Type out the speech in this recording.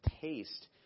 taste